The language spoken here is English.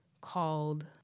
called